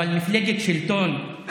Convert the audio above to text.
אבל מפלגת שלטון,